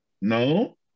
no